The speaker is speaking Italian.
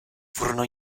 furono